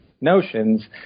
notions